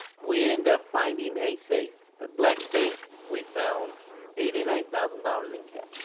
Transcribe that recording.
we end up finding a safe, a black safe. we found eighty nine thousand dollars in cash.